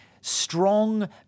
strong